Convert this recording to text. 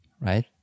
right